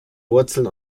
wurzeln